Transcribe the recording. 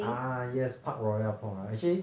ah yes park royal park royal actually